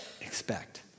expect